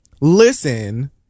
Listen